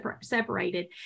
separated